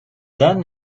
then